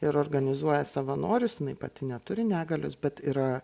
ir organizuoja savanorius jinai pati neturi negalios bet yra